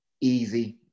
easy